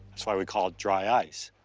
that's why we call it dry ice.